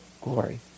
glory